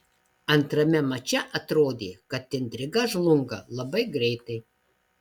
antrame mače atrodė kad intriga žlunga labai greitai